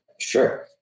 Sure